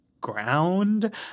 ground